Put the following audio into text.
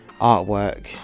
artwork